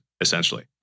essentially